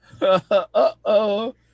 Uh-oh